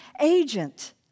agent